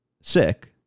sick